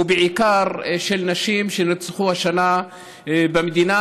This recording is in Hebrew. ובעיקר של נשים שנרצחו השנה במדינה,